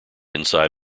inside